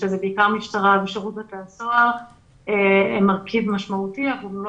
שזה בעיקר משטרה ושירות בתי הסוהר הם מרכיב משמעותי אבל הוא לא